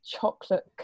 chocolate